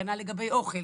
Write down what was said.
כנ"ל לגבי אוכל.